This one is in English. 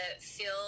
feel